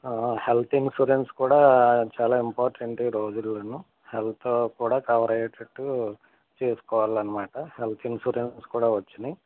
health insurance కూడా చాలా important ఈ రోజుల్లోను హెల్త్ కూడా కవర్ అయ్యేటట్టు చేసుకోవాలన్నమాట హెల్త్ ఇన్సూరెన్సెస్ కూడా వచ్చాయి